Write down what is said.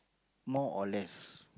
more or less